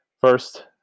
First